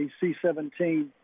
C-17